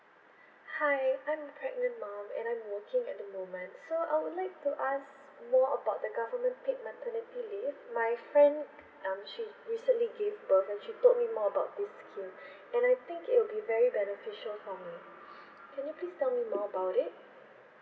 hi I'm a pregnant mum and I'm working at the moment so I would like to ask more about the government paid maternity leave my friend um she recently give birth and she told me more about this scheme and I think it'll be very beneficial for me can you please tell me about it